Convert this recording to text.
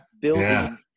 building